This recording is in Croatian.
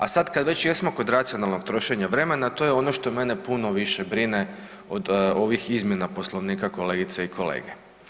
A sad kad već jesmo kod racionalnog trošenja vremena to je ono što mene puno više brine od ovih izmjene Poslovnika kolegice i kolege.